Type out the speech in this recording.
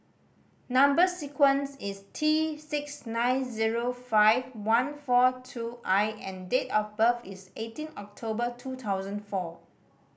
number sequence is T six nine zero five one four two I and date of birth is eighteen October two thousand four